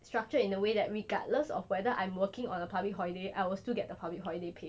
structured in a way that regardless of whether I'm working on a public holiday I will still get the public holiday pay